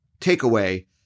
takeaway